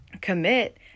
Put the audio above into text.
commit